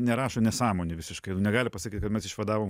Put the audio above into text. nerašo nesąmonių visiškai ir negali pasakyt kad mes išvadavom